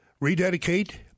rededicate